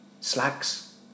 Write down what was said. slags